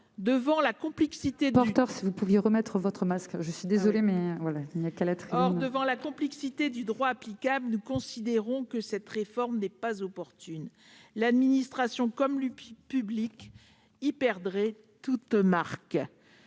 Or, devant la complexité du droit applicable, nous considérons que cette réforme n'est pas opportune : l'administration, comme le public, y perdrait tout repère.